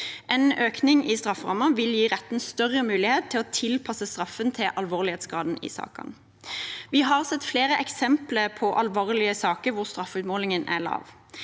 En økning i strafferammen ville gi retten større muligheter til å tilpasse straffen til alvorlighetsgraden i sakene. Vi har sett flere eksempler på alvorlige saker hvor straffeutmålingen er lav.